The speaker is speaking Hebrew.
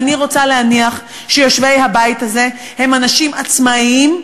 ואני רוצה להניח שיושבי הבית הזה הם אנשים עצמאיים,